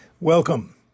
Welcome